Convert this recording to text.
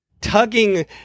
tugging